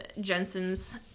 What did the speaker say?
Jensen's